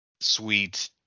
sweet